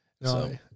No